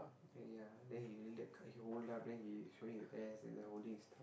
then ya then he really that kind he hold up then he showing the ass and then holding his sto~